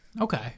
Okay